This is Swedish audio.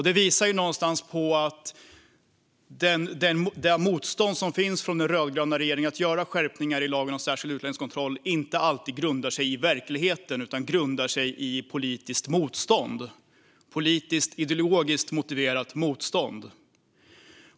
Detta visar det motstånd som finns från den rödgröna regeringen att göra skärpningar i lagen om särskild utlänningskontroll och att det inte alltid grundar sig i verkligheten utan i politiskt och ideologiskt motiverat motstånd.